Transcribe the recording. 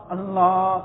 Allah